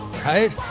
Right